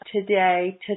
today